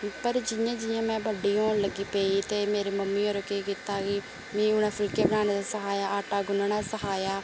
पर जियां जियां मे बडी होन लग्गी पेई ते मेरे मम्मी होर केह् कीता कि मि उहे फुलके बनाने दा सिखाया आटा गुन्नना सिखाया